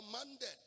commanded